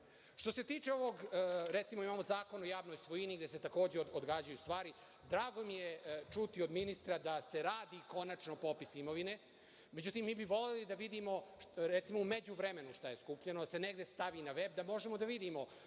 to da radi. Što se tiče Zakona o javnoj svojini, gde se takođe odgađaju stvari, drago mi je čuti od ministra da se radi konačno popis imovine. Međutim, mi bismo voleli da vidimo u međuvremenu šta je skupljeno, da se negde stavi na veb, da možemo da vidimo